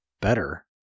better